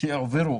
שהועברו